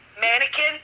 mannequin